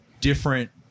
different